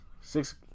six